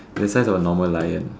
its the size of a normal lion